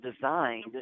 designed